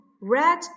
Red